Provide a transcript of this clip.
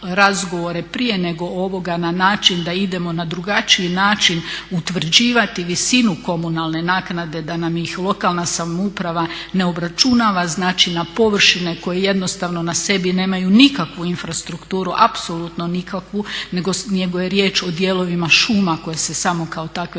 prije nego ovoga na način da idemo na drugačiji način utvrđivati visinu komunalne naknade da nam ih lokalna samouprava ne obračunava znači na površine koje jednostavno na sebi nemaju nikakvu infrastrukturu apsolutno nikakvu nego je riječ o dijelovima šuma koje se samo kao takve